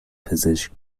پزشک